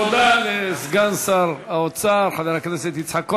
תודה לסגן שר האוצר חבר הכנסת יצחק כהן.